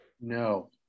No